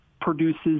produces